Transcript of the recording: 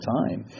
time